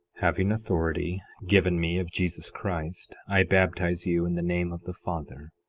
having authority given me of jesus christ, i baptize you in the name of the father,